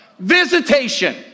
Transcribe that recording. visitation